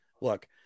look